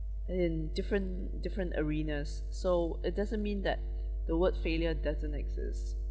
in different different arenas so it doesn't mean that the word failure doesn't exist